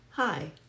Hi